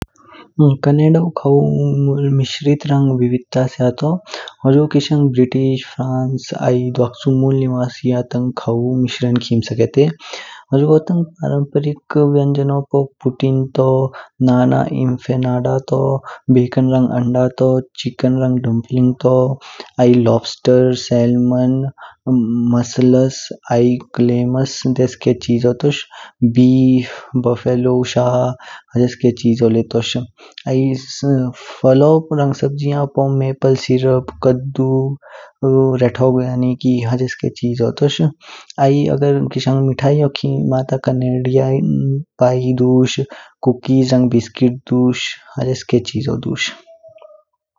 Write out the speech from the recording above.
कनडाआई खावू विविध रंग मिक्सरित स्या तो। होजो किशंग ब्रिटिश, फ्रांस आई दुबक्चु मूल निवासियं तंग खावो मिश्रण खिम्म सकेते। हुजगो तंग पराम पारिक व्यंजनो पू पूतिंग तू, नाना इन फानाडा तू, बिलकन रंग अंडा तू, चिकन रंग डंपलिंग तू। आई lobster, lobster, salmon, mussels, clams देसके चीजो तोश। बीफ, बुफालो शा हेझके चीजो ले तोश। आई फाहलो रंग सब्जिओ पू मेपल सिरुप, कदु रेडहोग यानी की हेझके चीजो तोश। आई किशंग मीठायोआयोन पो खीमा ता कनडीयाई पाई दुश, कूकी रंग बिस्किट दुश। हेझे चीजो दुश।